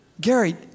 Gary